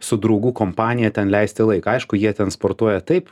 su draugų kompanija ten leisti laiką aišku jie ten sportuoja taip